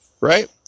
Right